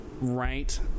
right